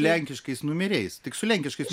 lenkiškais numeriais tik su lenkiškais